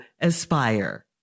Aspire